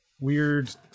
weird